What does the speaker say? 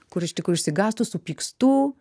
kur iš tikrųjų išsigąstu supykstu